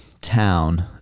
town